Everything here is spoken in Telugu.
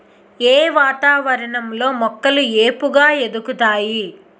ఏ వాతావరణం లో మొక్కలు ఏపుగ ఎదుగుతాయి?